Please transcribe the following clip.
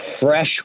fresh